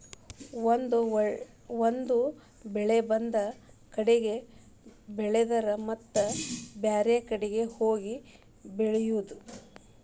ಒಂದ ಬೆಳೆ ಒಂದ ಕಡೆ ಬೆಳೆದರ ಮತ್ತ ಬ್ಯಾರೆ ಕಡೆ ಹೋಗಿ ಬೆಳಿಯುದ